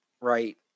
right